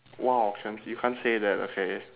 !wow! can~ you can't say that okay